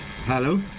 Hello